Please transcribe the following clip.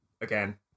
Again